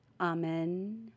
Amen